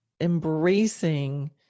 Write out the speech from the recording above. embracing